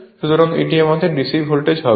সুতরাং এটি আমাদের DC ভোল্টেজ হবে